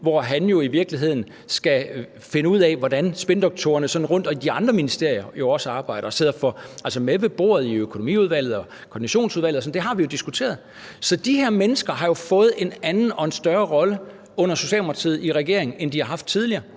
hvor han i virkeligheden skal finde ud af, hvordan spindoktorerne sådan rundtomkring og også de andre ministerier arbejder, og han sidder jo med ved bordet i økonomiudvalget og i koordinationsudvalget. Det har vi jo diskuteret. Så de her mennesker har jo fået en anden og en større rolle under Socialdemokratiet i regering, end de har haft tidligere,